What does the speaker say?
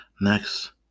Next